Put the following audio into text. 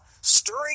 stirring